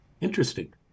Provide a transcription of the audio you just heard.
Interesting